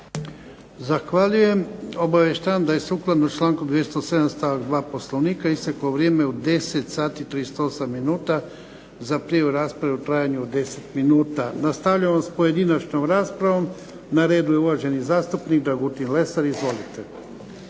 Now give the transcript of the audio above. Zahvaljujem. Obavještavam da je sukladno članku 207. stavak 2. Poslovnika isteklo vrijeme u 10,38 minuta za prijavu rasprave u trajanju od 10 minuta. Nastavljamo sa pojedinačnom raspravom. Na redu je uvaženi zastupnik Dragutin Lesar. Izvolite.